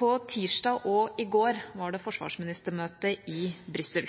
På tirsdag og i går var det forsvarsministermøte i Brussel.